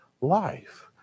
life